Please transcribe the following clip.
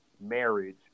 marriage